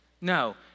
No